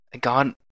God